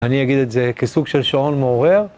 אני אגיד את זה כסוג של שעון מעורר.